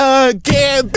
again